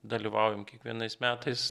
dalyvaujam kiekvienais metais